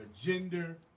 gender